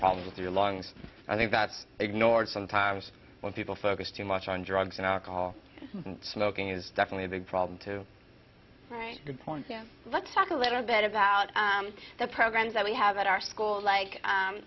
problems with your lungs i think that's ignored sometimes when people focus too much on drugs and alcohol smoking is definitely a big problem to the point let's talk a little bit about the programs that we have at our school like